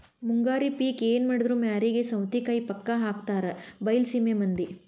ಮುಂಗಾರಿ ಪಿಕ್ ಎನಮಾಡಿದ್ರು ಮ್ಯಾರಿಗೆ ಸೌತಿಕಾಯಿ ಪಕ್ಕಾ ಹಾಕತಾರ ಬೈಲಸೇಮಿ ಮಂದಿ